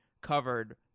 covered